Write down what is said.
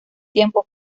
tiempo